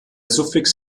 suffix